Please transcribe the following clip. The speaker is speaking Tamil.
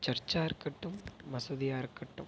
சர்ச்சாக இருக்கட்டும் மசூதியாக இருக்கட்டும்